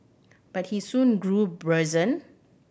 but he soon grew brazen